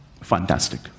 Fantastic